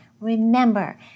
Remember